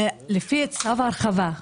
לפי צו ההרחבה,